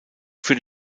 für